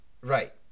right